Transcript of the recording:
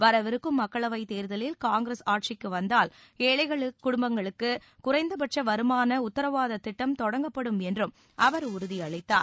வரவிருக்கும் மக்களவைத் தேர்தலில் காங்கிரஸ் ஆட்சிக்கு வந்தால் ஏழைகளுக்கு குறைந்தபட்ச வருமான உத்தரவாத திட்டம் தொடங்கப்படும் என்றும் அவர் உறுதியளித்தார்